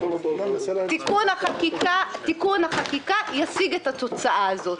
תיקון החקיקה ישיג את התוצאה הזאת,